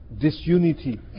disunity